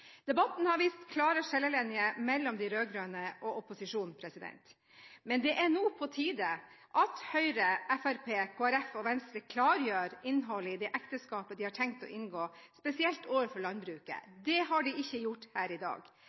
Debatten har vist klare skillelinjer mellom de rød-grønne og opposisjonen. Men det er nå på tide at Høyre, Fremskrittspartiet, Kristelig Folkeparti og Venstre klargjør innholdet i det ekteskapet de har tenkt å inngå, spesielt overfor landbruket. Det har de ikke gjort her i dag.